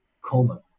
coma